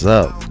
up